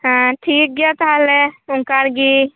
ᱦᱮᱸ ᱴᱷᱤᱠ ᱜᱮᱭᱟ ᱛᱟᱦᱚᱞᱮ ᱚᱱᱠᱟᱜᱮ